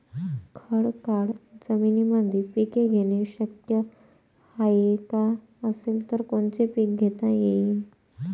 खडकाळ जमीनीमंदी पिके घेणे शक्य हाये का? असेल तर कोनचे पीक घेता येईन?